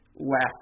last